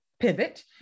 pivot